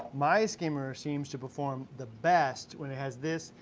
my skimmer seems to perform the best when it has this.